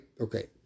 Okay